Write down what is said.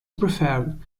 preferred